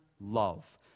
love